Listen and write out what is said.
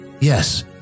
Yes